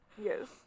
Yes